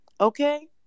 Okay